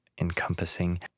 encompassing